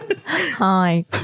hi